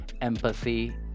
empathy